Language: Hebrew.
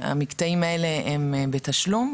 המקטעים האלה הם בתשלום,